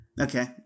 Okay